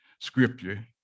scripture